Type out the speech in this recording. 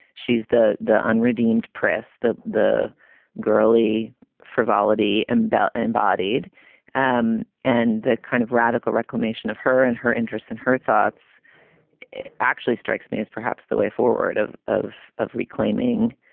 she's the the unredeemed press that the girly frivolity and belt embodied um and the kind of radical reclamation of her and her interests and her thoughts actually strikes me as perhaps the way forward of of of reclaiming